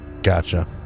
Gotcha